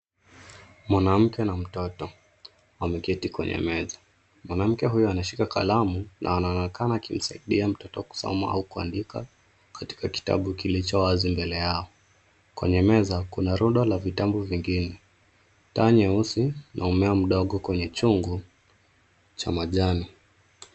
Mwanamke na mtoto wameketi kwenye meza. Mwanamke huyu ameshika kalamu a na anaonekana akimsaidia mtoto kusoma au kuandika kitabu kilicho wazi mbele. Kwenye meza kuna rundo la vitabu vingine, taa nyeusi na mmea mdogo kwenye chungu cha majani.